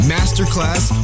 Masterclass